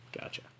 Gotcha